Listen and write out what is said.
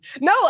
No